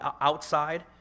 outside